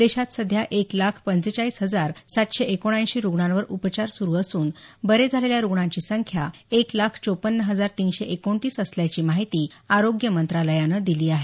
देशात सध्या एक लाख पंचेचाळीस हजार सातशे एकोणऐंशी रुग्णांवर उपचार सुरू असून बरे झालेल्या रुग्णांची संख्या एक लाख चोपन्न हजार तिनशे एकोणतीस असल्याची माहितीही आरोग्य मंत्रालयानं दिली आहे